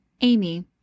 Amy